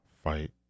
fight